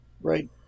right